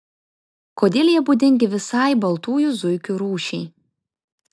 kodėl jie būdingi visai baltųjų zuikių rūšiai